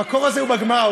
המקור הזה הוא הגמרא,